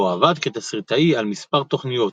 בו עבד כתסריטאי על מספר תוכניות,